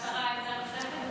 אחרי השרה עמדה נוספת?